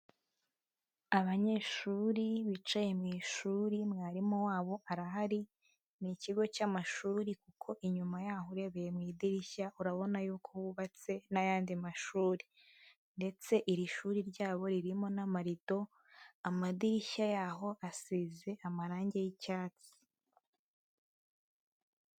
Abanyeshuri bicaye mu ishuri, mwarimu wabo arahari, ni ikigo cy'amashuri kuko inyuma y'aho urebeye mu idirishya, urabona y'uko hubatse n'ayandi mashuri, ndetse iri shuri ryabo ririmo n'amarido, amadirishya y'aho asize amarange y'icyatsi.